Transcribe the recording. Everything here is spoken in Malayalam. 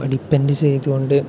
ഡിപ്പെൻഡ് ചെയ്ത് കൊണ്ട്